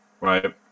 Right